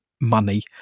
money